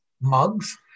mugs